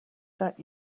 that